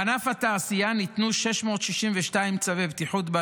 בענף התעשייה ניתנו 662 צווי בטיחות,